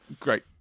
Great